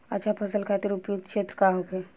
अच्छा फसल खातिर उपयुक्त क्षेत्र का होखे?